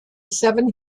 seven